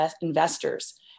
investors